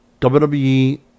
wwe